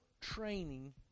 training